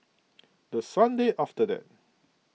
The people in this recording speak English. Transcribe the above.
the Sunday after that